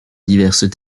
diverses